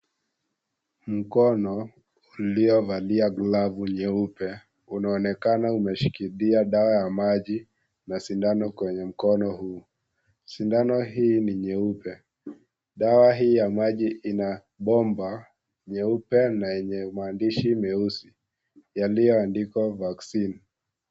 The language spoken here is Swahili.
Mkono, uliovalia glavu nyeupe, unaonekana umeshkilia dawa ya maji, na sindano kwenye mkono huu, sindano hii ni nyeupe, dawa hii ya maji ina bomba, nyeupe na yenye maandishi meusi, yaliyo andikwa (cs)vaccine (cs).